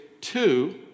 two